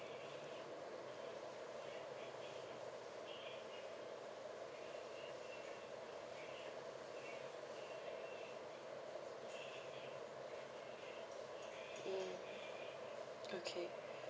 mm okay